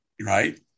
Right